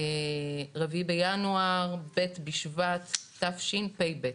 4 בינואר, ב' בשבט תשפ"ב.